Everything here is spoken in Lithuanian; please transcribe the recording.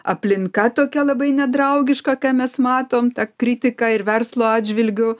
aplinka tokia labai nedraugiška ką mes matom tą kritiką ir verslo atžvilgiu